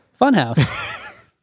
Funhouse